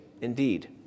indeed